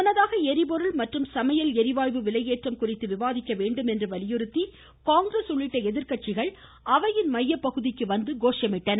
முன்னதாக ளிபொருள் மற்றும் சமையல் ளிவாயு விலை ஏற்றம் குறித்து விவாதிக்க வேண்டும் என வலியுறுத்தி காங்கிரஸ் உள்ளிட்ட எதிர்கட்சிகள் அவையின் மைய பகுதிக்கு வந்து கோஷமிட்டனர்